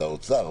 אתה האוצר,